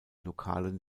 lokalen